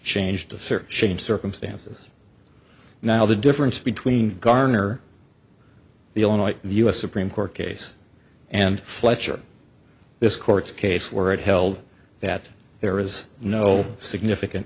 changed to searching circumstances now the difference between garner the illinois u s supreme court case and fletcher this court's case where it held that there is no significant